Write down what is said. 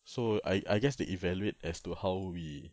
so I I guess they evaluate as to how we